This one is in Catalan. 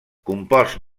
compost